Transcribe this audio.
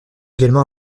également